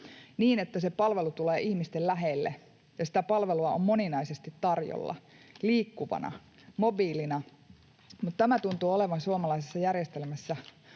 niin että se palvelu tulee ihmisten lähelle ja sitä palvelua on moninaisesti tarjolla, liikkuvana, mobiilina? Mutta tuntuu olevan suomalaisessa järjestelmässä